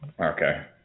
Okay